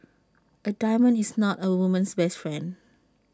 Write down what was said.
A diamond is not A woman's best friend